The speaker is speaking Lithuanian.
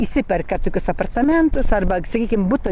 išsiperka tokius apartamentus arba sakykim buto